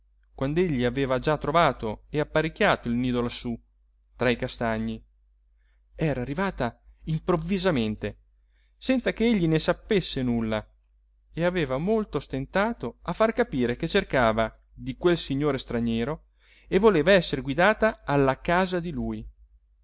lui quand'egli aveva già trovato e apparecchiato il nido lassù tra i castagni era arrivata improvvisamente senza che egli ne sapesse nulla e aveva molto stentato a far capire che cercava di quel signore straniero e voleva esser guidata alla casa di lui